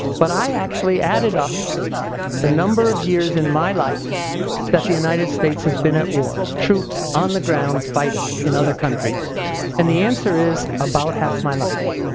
but i actually added up the number of years in my life that the united states has been at war, troops on the ground fighting in other countries and the answer is, about half my life.